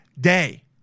day